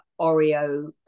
Oreo